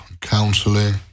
counselling